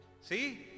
See